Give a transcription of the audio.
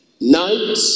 night